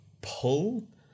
pull